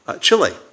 Chile